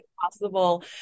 possible